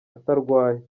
atarwaye